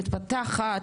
מתפתחת,